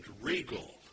regal